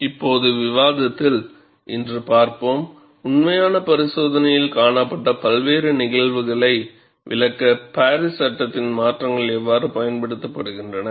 இப்போது விவாதத்தில் இன்று பார்ப்போம் உண்மையான பரிசோதனையில் காணப்பட்ட பல்வேறு நிகழ்வுகளை விளக்க பாரிஸ் சட்டத்தின் மாற்றங்கள் எவ்வாறு பயன்படுத்தப்படுகின்றன